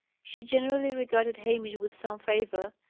she generally regarded hamish with some favour,